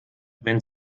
wenn